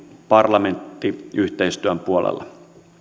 parlamenttiyhteistyön puolella